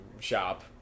shop